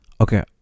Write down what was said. Okay